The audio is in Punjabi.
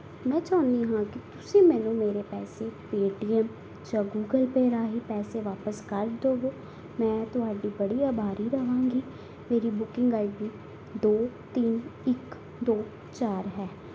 ਮੈਂ ਚਾਹੁੰਦੀ ਹਾਂ ਕਿ ਤੁਸੀਂ ਮੈਨੂੰ ਮੇਰੇ ਪੈਸੇ ਪੇਅਟੀਐੱਮ ਜਾਂ ਗੂਗਲ ਪੇਅ ਰਾਹੀਂ ਪੈਸੇ ਵਾਪਸ ਕਰ ਦਿਉ ਮੈਂ ਤੁਹਾਡੀ ਬੜੀ ਅਭਾਰੀ ਰਹਾਂਗੀ ਮੇਰੀ ਬੁਕਿੰਗ ਆਈ ਡੀ ਦੋ ਤਿੰਨ ਇੱਕ ਦੋ ਚਾਰ ਹੈ